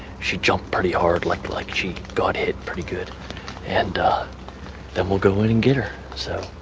she jumped pretty hard like like she got hit pretty good and then we'll go in and get her so